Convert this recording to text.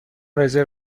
رزرو